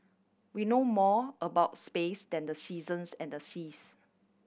we know more about space than the seasons and the seas